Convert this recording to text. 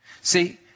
See